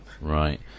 Right